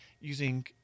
using